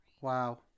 wow